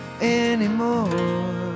anymore